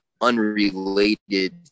unrelated